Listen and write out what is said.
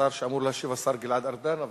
השר שאמור להשיב הוא השר גלעד ארדן,